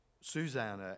Susanna